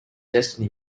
destiny